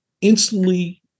instantly